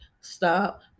stop